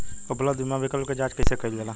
उपलब्ध बीमा विकल्प क जांच कैसे कइल जाला?